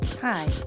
Hi